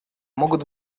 могут